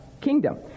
kingdom